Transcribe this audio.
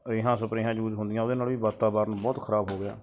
ਰੇਹਾਂ ਸਪਰੇਹਾਂ ਯੂਜ ਹੁੰਦੀਆਂ ਉਹਦੇ ਨਾਲ ਵੀ ਵਾਤਾਵਰਨ ਬਹੁਤ ਖਰਾਬ ਹੋ ਗਿਆ